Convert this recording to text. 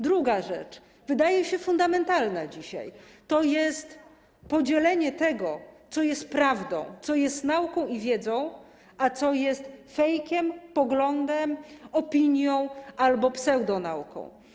Druga rzecz, wydaje się, fundamentalna dzisiaj to jest oddzielenie tego, co jest prawdą, co jest nauką i wiedzą, od tego, co jest fejkiem, poglądem, opinią albo pseudonauką.